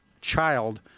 child